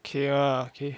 okay ah okay